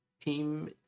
team